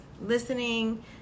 listening